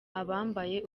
abambaye